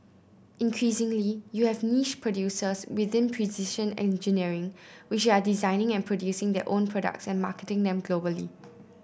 increasingly you have niche producers within precision engineering which are designing and producing their own products and marketing them globally